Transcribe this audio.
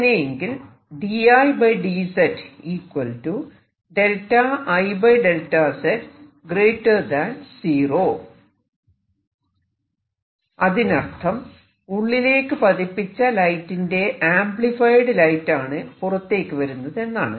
അങ്ങനെയെങ്കിൽ അതിനർത്ഥം ഉള്ളിലേക്ക് പതിപ്പിച്ച ലൈറ്റിന്റെ ആംപ്ലിഫൈഡ് ലൈറ്റ് ആണ് പുറത്തേക്കു വരുന്നതെന്നാണ്